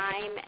time